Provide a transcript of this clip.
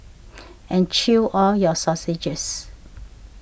and chew all your sausages